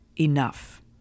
enough